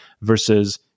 Versus